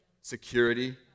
Security